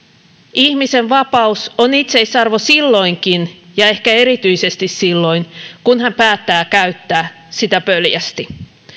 ihmisen vapaus on itseisarvo silloinkin ja ehkä erityisesti silloin kun hän päättää käyttää sitä pöljästi